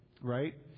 right